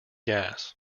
gas